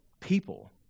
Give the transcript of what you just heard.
people